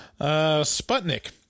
Sputnik